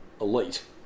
elite